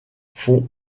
font